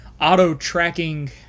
auto-tracking